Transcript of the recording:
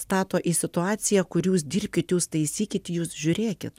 stato į situaciją kur jūs dirbkit jūs taisykit jūs žiūrėkit